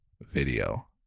video